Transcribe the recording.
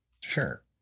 Sure